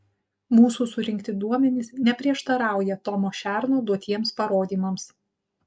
mūsų surinkti duomenys neprieštarauja tomo šerno duotiems parodymams